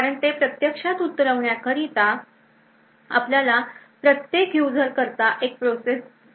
कारण हे प्रत्यक्षात उतरवण्या करता आपल्याला प्रत्येक युजर करता एक प्रोसेस लागेल